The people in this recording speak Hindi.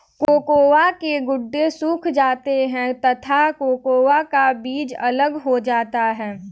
कोकोआ के गुदे सूख जाते हैं तथा कोकोआ का बीज अलग हो जाता है